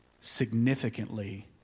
significantly